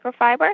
microfiber